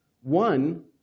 One